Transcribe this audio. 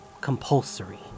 compulsory